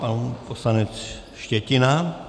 Pan poslanec Štětina.